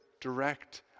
direct